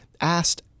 Asked